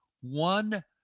one